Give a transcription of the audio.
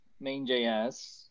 main.js